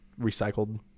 recycled